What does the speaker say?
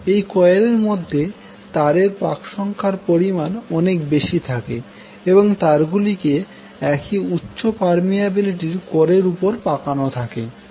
এই কোয়েলের মধ্যে তারের পাক সংখ্যার পরিমাণ অনেক বেশি থাকে এবং তার গুলিকে একই উচ্চ পার্মিয়াবিলিটির কোরের উপর পাকানো থাকে